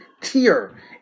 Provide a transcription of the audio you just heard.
tier